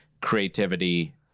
creativity